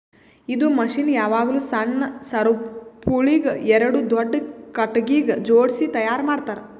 ಇದು ಮಷೀನ್ ಯಾವಾಗ್ಲೂ ಸಣ್ಣ ಸರಪುಳಿಗ್ ಎರಡು ದೊಡ್ಡ ಖಟಗಿಗ್ ಜೋಡ್ಸಿ ತೈಯಾರ್ ಮಾಡ್ತರ್